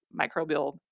microbial